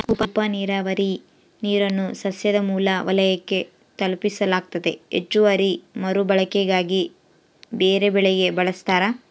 ಉಪನೀರಾವರಿ ನೀರನ್ನು ಸಸ್ಯದ ಮೂಲ ವಲಯಕ್ಕೆ ತಲುಪಿಸಲಾಗ್ತತೆ ಹೆಚ್ಚುವರಿ ಮರುಬಳಕೆಗಾಗಿ ಬೇರೆಬೆಳೆಗೆ ಬಳಸ್ತಾರ